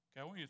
Okay